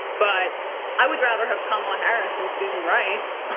but i would rather have kamala harris than susan rice.